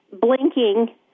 blinking